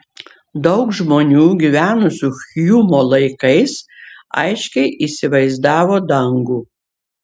daug žmonių gyvenusių hjumo laikais aiškiai įsivaizdavo dangų